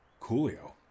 Coolio